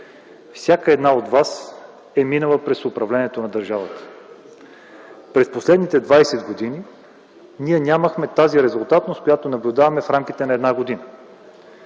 всяка една от вас е минала през управлението на държавата. През последните 20 години ние нямахме тази резултатност, която наблюдаваме в рамките на една година.